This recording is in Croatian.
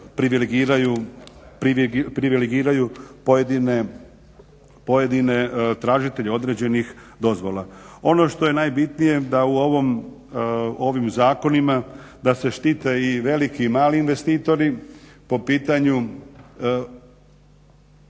privilegiraju pojedine tražitelje određenih dozvola. Ono što je najbitnije da u ovim zakonima da se štite i veliki i mali investitori po pitanju